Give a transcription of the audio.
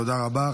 תודה רבה.